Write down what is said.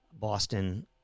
boston